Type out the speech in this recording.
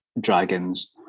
dragons